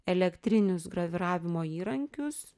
elektrinius graviravimo įrankius